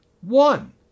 One